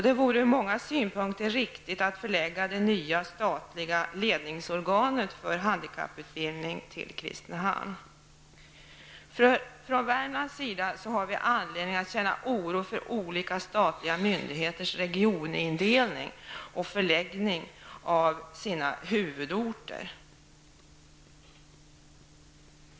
Det vore ur många synpunkter riktigt att förlägga det nya statliga ledningsorganet för handikapputbildning till Kristinehamn. Vi i Värmland har anledning att känna oro för olika statliga myndigheters regionindelning och förläggning av sina huvudorter.